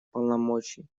полномочий